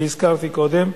שהזכרתי קודם.